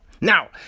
Now